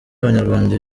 abanyarwanda